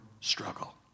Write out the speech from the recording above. struggle